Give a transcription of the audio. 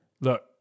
Look